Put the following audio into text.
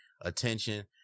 attention